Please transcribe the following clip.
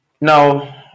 now